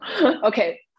Okay